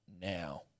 Now